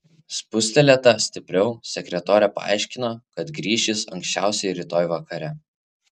spustelėta stipriau sekretorė paaiškino kad grįš jis anksčiausiai rytoj vakare